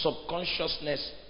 subconsciousness